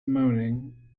moaning